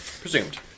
Presumed